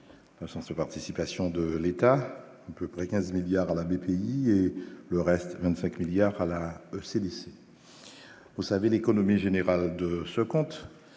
sa participation de l'État à peu près 15 milliards à la BPI et le reste 25 milliards à la CDC, vous savez l'économie générale de ce compte,